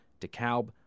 DeKalb